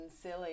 silly